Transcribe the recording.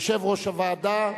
יושב-ראש הוועדה.